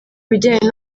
bijyanye